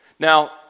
Now